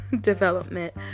development